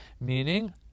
Meaning